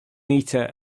meter